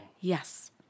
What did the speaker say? Yes